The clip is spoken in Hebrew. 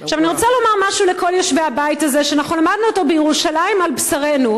אני רוצה לומר לכל יושבי הבית הזה משהו שאנחנו בירושלים למדנו על בשרנו,